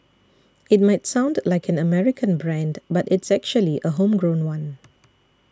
it might sound like an American brand but it's actually a homegrown one